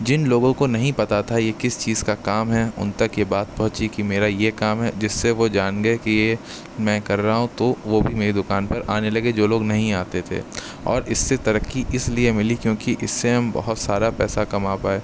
جن لوگوں کو نہیں پتا تھا یہ کس چیز کا کام ہے ان تک یہ بات پہنچی کہ میرا یہ کام ہے جس سے وہ جان گئے کہ یہ میں کر رہا ہوں تو وہ بھی میری دوکان پر آنے لگے جو لوگ نہیں آتے تھے اور اس سے ترقی اس لیے ملی کیوں کہ اس سے ہم بہت سارا پیسہ کما پائے